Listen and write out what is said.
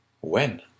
When